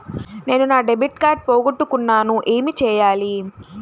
నేను నా debit card పోగొట్టుకున్నాను ఏమి చేయాలి?